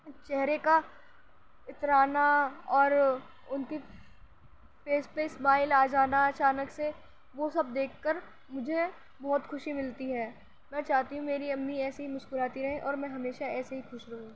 چہرے کا اترانا اور ان کے فیس پہ اسمائل آجانا اچانک سے وہ سب دیکھ کر مجھے بہت خوشی ملتی ہے میں چاہتی ہوں میری امی ایسے ہی مسکراتی رہیں اور میں ہمیشہ ایسے ہی خوش رہوں